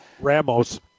Ramos